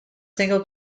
single